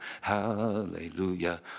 Hallelujah